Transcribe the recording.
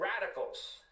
Radicals